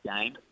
game